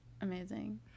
amazing